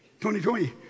2020